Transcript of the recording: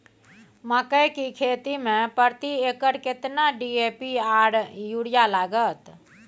मकई की खेती में प्रति एकर केतना डी.ए.पी आर यूरिया लागत?